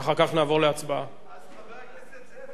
אז חבר הכנסת זאב, אתה מצביע בעד או נגד?